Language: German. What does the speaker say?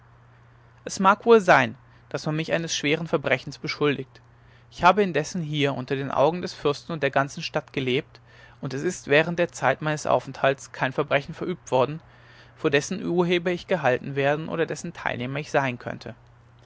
es mag wohl sein daß man mich eines schweren verbrechens beschuldigt ich habe indessen hier unter den augen des fürsten und der ganzen stadt gelebt und es ist während der zeit meines aufenthaltes kein verbrechen verübt worden für dessen urheber ich gehalten werden oder dessen teilnehmer ich sein könnte